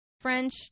French